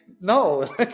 no